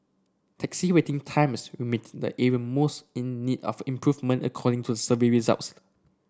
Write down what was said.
taxi waiting times remained the even most in need of improvement according to the survey results